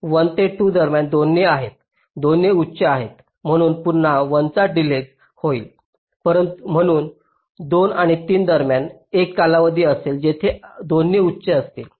तर 1 ते 2 दरम्यान दोन्ही आहेत दोन्ही उच्च आहेत म्हणून पुन्हा 1 चा डिलेज होईल म्हणून 2 आणि 3 दरम्यान एक कालावधी असेल जेथे दोन्ही उच्च असतील